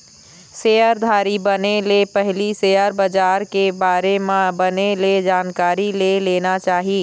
सेयरधारी बने ले पहिली सेयर बजार के बारे म बने ले जानकारी ले लेना चाही